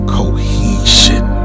cohesion